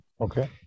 okay